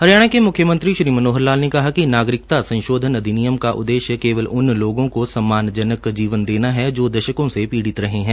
हरियाणा के म्ख्यमंत्री श्री मनोहर लाल ने कहा कि नागरिकता संशोधन अधिनियम का उद्देश्य केवल उन लोगों को सम्मानजनक जीवन देना है जो दशकों से पीडि़त रहे हैं